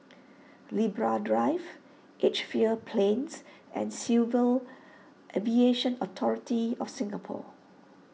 Libra Drive Edgefield Plains and Civil Aviation Authority of Singapore